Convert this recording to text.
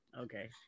okay